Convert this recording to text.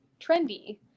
trendy